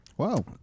Wow